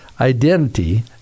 identity